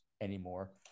anymore